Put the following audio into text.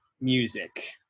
music